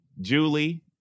Julie